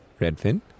Redfin